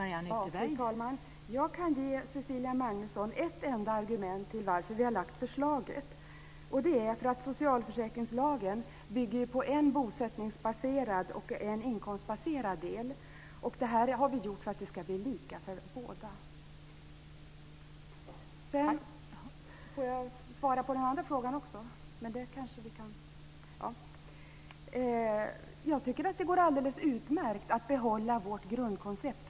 Fru talman! Jag kan ge Cecilia Magnusson ett enda argument för att vi har lagt fram förslaget: Socialförsäkringslagen bygger på en bosättningsbaserad och en inkomstbaserad del. Detta har vi gjort för att det ska bli lika för båda. Jag tycker det går alldeles utmärkt att behålla vårt grundkoncept.